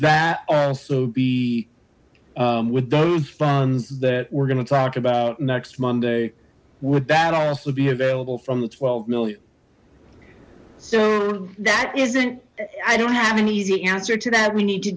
that also be with those funds that we're gonna talk about next monday would that also be available from the twelve million so that isn't i don't have an easy answer to that we need to